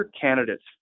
candidates